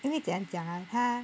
因为怎样讲啊它